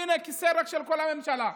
הינה הכיסאות של כל הממשלה ריקים.